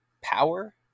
power